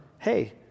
Hey